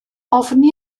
ofni